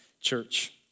church